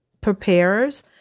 preparers